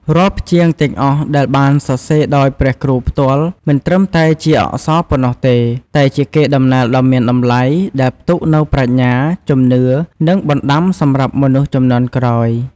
រាល់ព្យាង្គទាំងអស់ដែលបានសរសេរដោយព្រះគ្រូផ្ទាល់ មិនត្រឹមតែជាអក្សរប៉ុណ្ណោះទេ តែជា កេរដំណែលដ៏មានតម្លៃ ដែលផ្ទុកនូវប្រាជ្ញា ជំនឿ និងបណ្តាំសម្រាប់មនុស្សជំនាន់ក្រោយ។